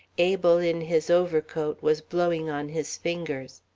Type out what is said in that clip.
abel, in his overcoat, was blowing on his fingers.